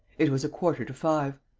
it was a quarter to five.